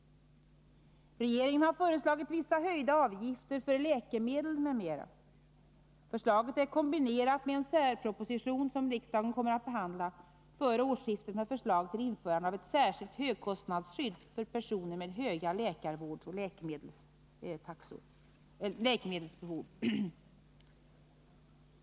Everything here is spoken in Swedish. Regeringen har föreslagit vissa höjda avgifter för läkemedel m.m. Förslaget är kombinerat med en särproposition, som riksdagen kommer att behandla före årsskiftet, med förslag till införande av ett särskilt högkostnadsskydd för personer med höga läkarvårdsoch läkemedelstaxor.